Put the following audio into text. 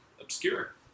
obscure